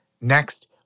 Next